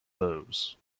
those